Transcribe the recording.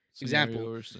example